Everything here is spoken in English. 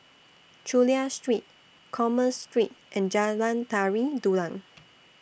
Chulia Street Commerce Street and Jalan Tari Dulang